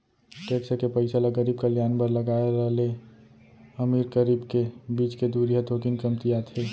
tax के पइसा ल गरीब कल्यान बर लगाए र ले अमीर गरीब के बीच के दूरी ह थोकिन कमतियाथे